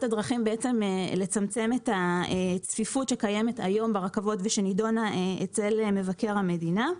הדרכים לצמצם את הצפיפות שקיימת היום ברכבות ושנדונה אצל מבקר המדינה.